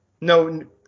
No